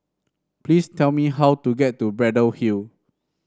please tell me how to get to Braddell Hill